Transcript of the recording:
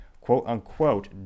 quote-unquote